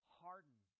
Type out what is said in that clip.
harden